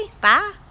Bye